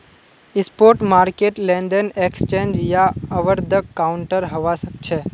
spot market लेनदेन exchange या over the counter हवा सक्छे